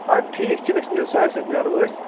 آ ٹھیٖک چھِ أسۍ ساڑِ سَتہِ نیرو أسۍ